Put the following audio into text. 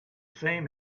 same